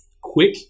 quick